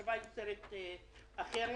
מחשבה אפשרית אחרת.